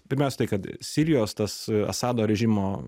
pirmiausia tai kad sirijos tas asado režimo